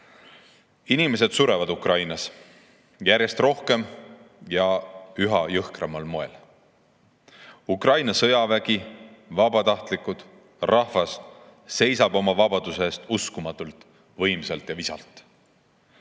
Inimesi sureb Ukrainas järjest rohkem ja üha jõhkramal moel. Ukraina sõjavägi, vabatahtlikud, rahvas seisab oma vabaduse eest uskumatult võimsalt ja visalt.